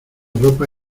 ropa